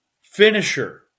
finisher